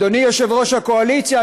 אדוני יושב-ראש הקואליציה,